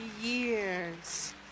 years